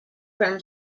from